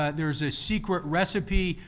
ah there's a secret recipe.